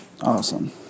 Awesome